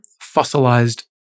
fossilized